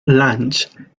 lange